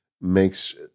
makes